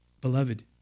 Beloved